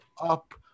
up